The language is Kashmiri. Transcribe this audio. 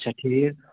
اَچھا ٹھیٖک